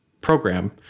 program